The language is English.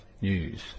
news